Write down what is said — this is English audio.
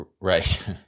Right